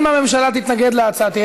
אם הממשלה תתנגד להצעתך,